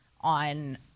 on